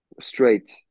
straight